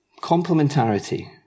Complementarity